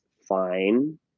fine